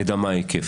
נדע מה ההיקף.